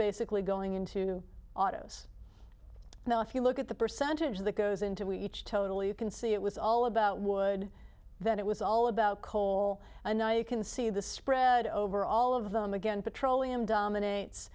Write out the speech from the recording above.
basically going into autos now if you look at the percentage that goes into each total you can see it was all about wood that it was all about coal and i can see the spread over all of them again petroleum dominates